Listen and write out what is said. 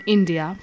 India